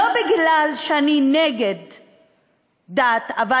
לא מפני שאני נגד דת, את לא מאמינה באלוהים בכלל.